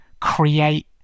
create